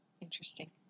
interesting